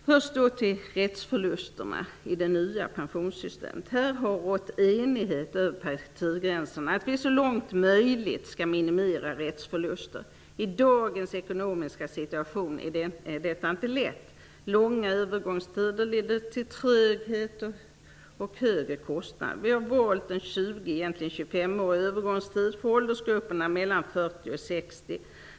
När det först gäller rättsförlusterna i det nya pensionssystemet har det rått enighet över partigränserna om att vi så långt möjligt skall minimera rättsförluster. I dagens ekonomiska situation är detta inte lätt. Långa övergångstider leder till tröghet och högre kostnader. Vi har valt en tjugoårig -- egentligen tjugofemårig -- övergångstid för åldersgruppen 40--60 år.